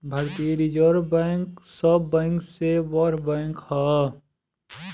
भारतीय reserve bank सब bank से बड़ बैंक ह